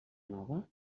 nova